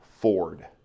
Ford